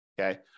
Okay